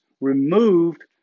removed